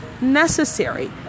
necessary